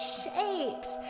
shapes